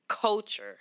culture